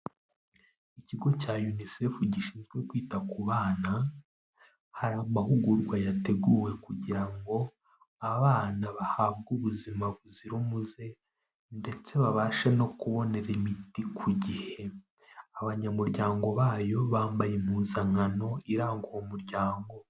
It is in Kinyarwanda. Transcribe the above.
Ikigo cya Unicef gishinzwe kwita ku bana, hari amahugurwa yateguwe kugira ngo abana bahabwe ubuzima buzira umuze, ndetse babashe no kubonera imiti ku gihe, abanyamuryango bayo bambaye impuzankano iranga uwo muryango.